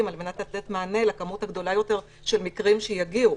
על מנת לתת מענה למספר הגדול יותר של מקרים שיגיעו.